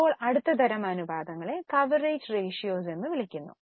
ഇപ്പോൾ അടുത്ത തരം അനുപാതങ്ങളെ കവറേജ് റേഷ്യോസ് എന്ന് വിളിക്കുന്നു